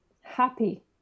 happy